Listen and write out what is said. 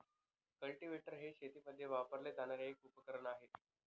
cultivator हे शेतीमध्ये वापरले जाणारे एक उपकरण आहे